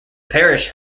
parish